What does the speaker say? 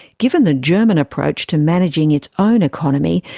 given the german approach to managing its own economy,